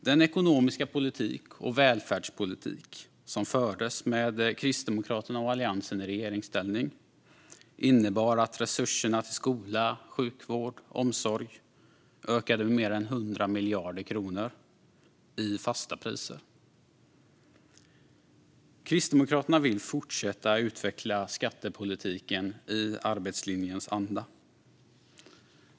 Den ekonomiska politik och välfärdspolitik som fördes med Kristdemokraterna och Alliansen i regeringsställning innebar att resurserna till skola, sjukvård och omsorg ökade med mer än 100 miljarder kronor i fasta priser. Kristdemokraterna vill fortsätta att utveckla skattepolitiken i arbetslinjens anda.